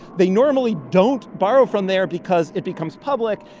they normally don't borrow from there because it becomes public.